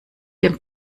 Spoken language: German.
dem